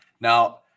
Now